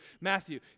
Matthew